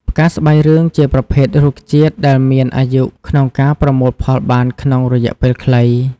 ផ្កាស្បៃរឿងជាប្រភេទរុក្ខជាតិដែលមានអាយុក្នុងការប្រមូលផលបានក្នុងរយៈពេលខ្លី។